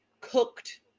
cooked